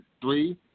three